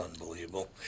unbelievable